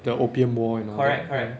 the opium war and all that ya